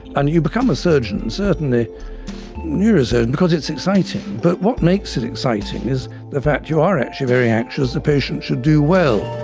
and you become a surgeon, certainly a neurosurgeon, because it's exciting, but what makes it exciting is the fact you are actually very anxious the patient should do well.